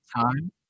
time